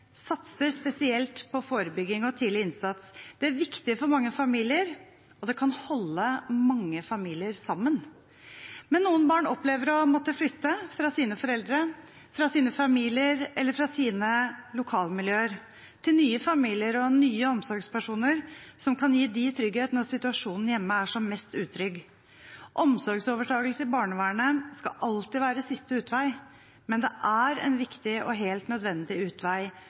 satser spesielt på forebygging og tidlig innsats. Det er viktig for mange familier, og det kan holde mange familier sammen. Men noen barn opplever å måtte flytte fra sine foreldre, fra sine familier eller fra sine lokalmiljøer, til nye familier og nye omsorgspersoner som kan gi dem trygghet når situasjonen hjemme er som mest utrygg. Omsorgsovertakelse i barnevernet skal alltid være siste utvei, men det er en viktig og helt nødvendig utvei